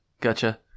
Gotcha